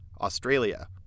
Australia